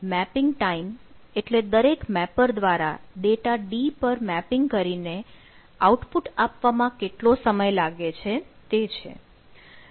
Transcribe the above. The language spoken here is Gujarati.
મેપિંગ ટાઈમ એટલે દરેક મેપર દ્વારા ડેટા D પર મેપિંગ કરીને આઉટપુટ આપવામાં કેટલો સમય લાગે છે તે